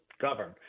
govern